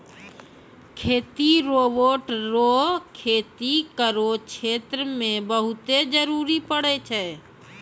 खेती रोवेट रो खेती करो क्षेत्र मे बहुते जरुरी पड़ै छै